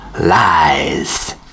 Lies